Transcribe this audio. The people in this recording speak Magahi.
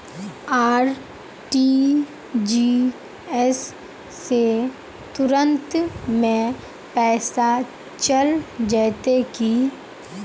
आर.टी.जी.एस से तुरंत में पैसा चल जयते की?